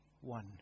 one